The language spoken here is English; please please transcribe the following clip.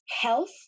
Health